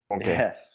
yes